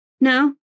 no